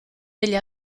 degli